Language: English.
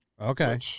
Okay